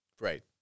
Right